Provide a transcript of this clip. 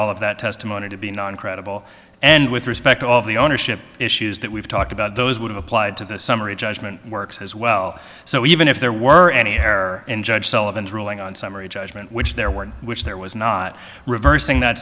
all of that testimony to be non credible and with respect to all the ownership issues that we've talked about those would have applied to the summary judgment works as well so even if there were any error in judge sullivan ruling on summary judgment which there were in which there was not reversing that